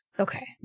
Okay